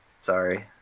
Sorry